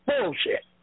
Bullshit